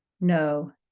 no